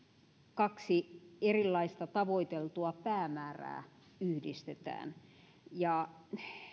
kaksi erilaista tavoiteltua päämäärää yhdistetään ja